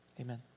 Amen